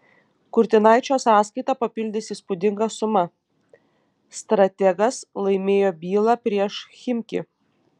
kurtinaičio sąskaitą papildys įspūdinga suma strategas laimėjo bylą prieš chimki